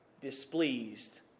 displeased